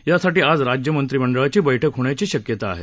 यासाठी आज राज्य मंत्रीमंडळाची बैठक होण्याची शक्यता आहे